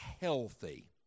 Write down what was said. healthy